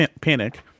panic